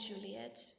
Juliet